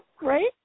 Right